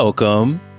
Welcome